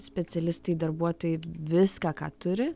specialistai darbuotojai viską ką turi